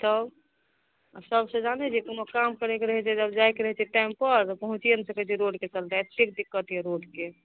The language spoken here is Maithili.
तब सबसे जानै छै कोनो काम करैके रहै छै जब जाइके रहै छै टाइमपर तऽ पहुँचिये नहि सकै छै रोडके चलते अतेक दिक्कत यऽ रोडके